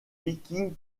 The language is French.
vikings